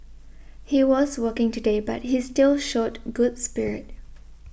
he was working today but he still showed good spirit